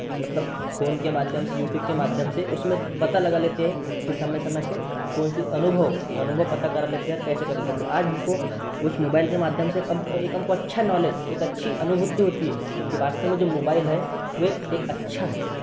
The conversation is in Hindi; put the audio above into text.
मतलब फ़ोन के माध्यम से यूट्यूब के माध्यम से उसमें पता लगा लेते हैं कि समय समय पर कौन सी अनुभव अनुभव पता कर लेते हैं कैसे कर लेते हैं तो आज हमको उस मोबाइल के माध्यम से कम एक हमको अच्छा नॉलेज एक अच्छी अनुभूति होती है कि वास्तव में जो मोबाइल है वह एक अच्छा है